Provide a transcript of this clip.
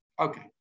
okay